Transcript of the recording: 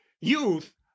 Youth